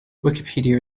wikipedia